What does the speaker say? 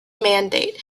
mandate